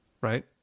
right